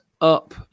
up